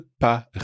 pas